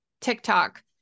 TikTok